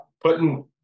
putting